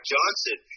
Johnson